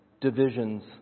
Divisions